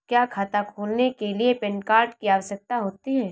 क्या खाता खोलने के लिए पैन कार्ड की आवश्यकता होती है?